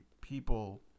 people